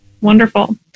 Wonderful